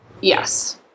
Yes